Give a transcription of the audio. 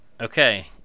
okay